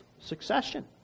succession